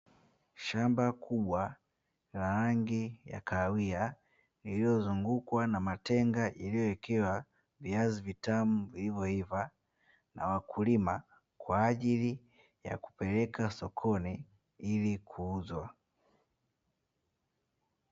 Shamba kubwa la rangi ya kahawia lililozungukwa na matenga yaliyowekewa viazi vitami vilivyoiva, na wakulima kwa ajili ya kupeleka sokoni ili kuuzwa.